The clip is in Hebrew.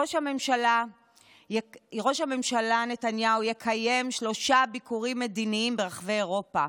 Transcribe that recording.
ראש הממשלה נתניהו יקיים שלושה ביקורים מדיניים ברחבי אירופה.